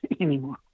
anymore